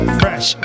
fresh